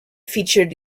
featured